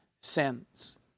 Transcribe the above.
sins